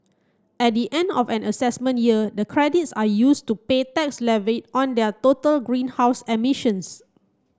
at the end of an assessment year the credits are used to pay tax levy on their total greenhouse emissions